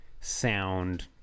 sound